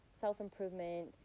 self-improvement